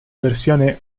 versione